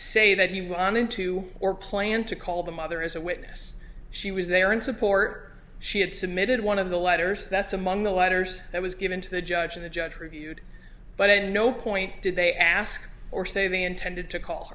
say that he went on into or planned to call the mother as a witness she was there in support she had submitted one of the letters that's among the letters that was given to the judge and the judge reviewed but it was no point did they ask or saving intended to call